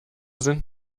sind